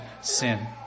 sin